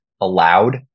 allowed